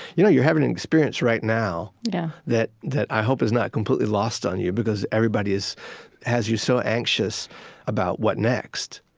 you know you're having an experience right now yeah that that i hope is not completely lost on you because everybody is has you so anxious about, what next?